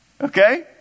okay